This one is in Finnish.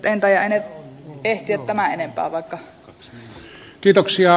en taida ehtiä tämän enempää